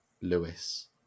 Lewis